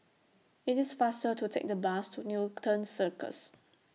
IT IS faster to Take The Bus to Newton Circus